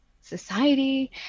society